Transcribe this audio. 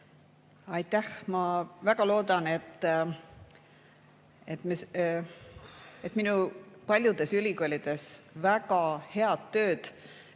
Aitäh! Ma väga loodan, et minu, paljudes ülikoolides väga head tööd